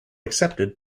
accepted